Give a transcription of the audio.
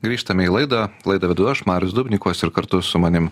grįžtame į laidą laidą vedu aš marius dubnikovas ir kartu su manim